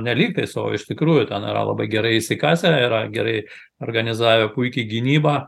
ne lygtais o iš tikrųjų ten yra labai gerai įsikasę yra gerai organizavę puiki gynyba